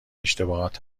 اشتباهات